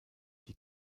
die